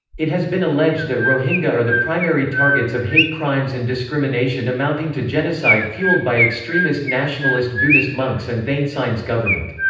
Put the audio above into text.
it has been alleged that rohingya are the primary targets of hate crimes and discrimination amounting to genocide fueled by extremist nationalist buddhist monks and thein sein's government.